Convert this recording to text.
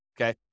okay